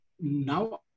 Now